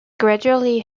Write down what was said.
gradually